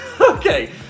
Okay